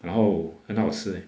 然后很好吃 leh